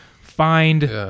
find